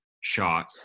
shot